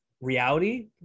reality